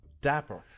Dapper